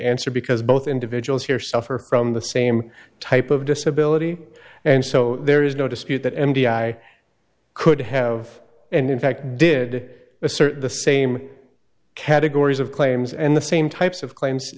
answer because both individuals here suffer from the same type of disability and so there is no dispute that m d i could have and in fact did assert the same categories of claims and the same types of claims